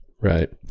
Right